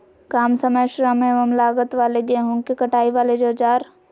काम समय श्रम एवं लागत वाले गेहूं के कटाई वाले औजार?